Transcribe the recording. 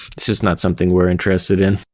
this is not something we're interested in.